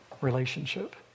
relationship